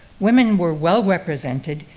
women were well-represented,